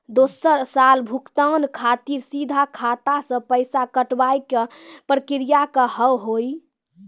दोसर साल भुगतान खातिर सीधा खाता से पैसा कटवाए के प्रक्रिया का हाव हई?